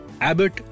Abbott